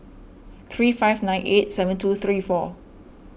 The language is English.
three five nine eight seven two three four